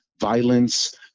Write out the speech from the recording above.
violence